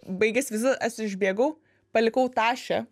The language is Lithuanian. baigės vizitas aš išbėgau palikau tašę